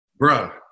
bruh